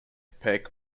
peck